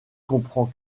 comprend